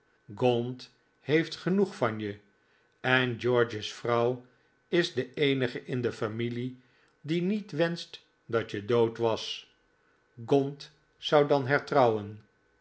gaunt heeft genoeg van je en george's vrouw is de eenige in de familie die niet wenscht dat je dood was gaunt zou dan hertrouwen